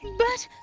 but.